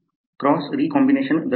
cross recombination दर्शवतो